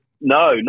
no